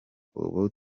ubu